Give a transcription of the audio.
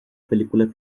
película